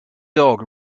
dog